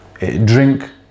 Drink